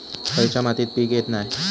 खयच्या मातीत पीक येत नाय?